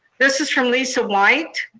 this is from lisa white,